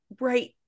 right